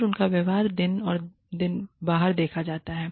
और उनका व्यवहार दिन और दिन बाहर देखा जाता है